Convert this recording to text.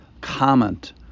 comment